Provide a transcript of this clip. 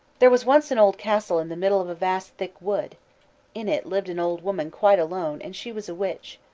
there was once an old castle in the middle of a vast thick wood in it lived an old woman quite alone, and she was a witch.